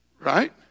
right